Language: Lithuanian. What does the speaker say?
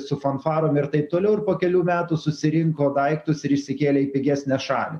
su fanfarom ir taip toliau ir po kelių metų susirinko daiktus ir išsikėlė į pigesnę šalį